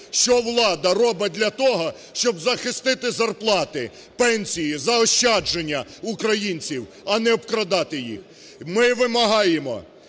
що влада робить для того, щоб захистити зарплати, пенсії, заощадження українців. А не обкрадати їх. Ми вимагаємо